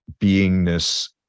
beingness